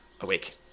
awake